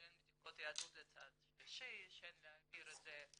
שאין בדיקות יהדות לצד שלישי, שאין להעביר את זה